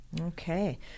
Okay